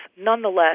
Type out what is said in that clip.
nonetheless